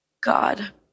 God